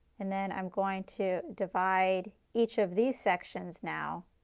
and then i am going to divide each of these sections now